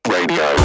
Radio